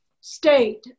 state